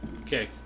Okay